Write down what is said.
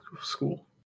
school